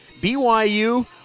BYU